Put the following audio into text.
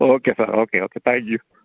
okay sir okay okay thank you